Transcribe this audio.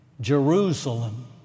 Jerusalem